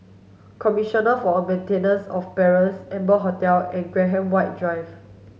Commissioner for the Maintenance of Parents Amber Hotel and Graham White Drive